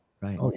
Right